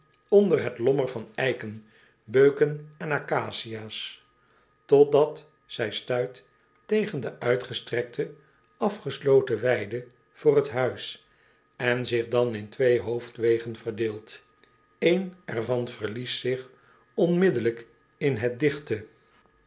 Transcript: onder het lommer van eiken beuken en accacia's tot dat zij stuit tegen de uitgestrekte afgesloten weide voor het huis en zich dan in twee hoofdwegen verdeelt een er van verliest zich onmiddellijk in het digte